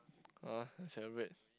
ah celebrate